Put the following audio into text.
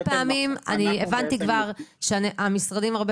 אנחנו בעצם --- הבנתי כבר שהמשרדים הרבה